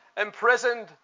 imprisoned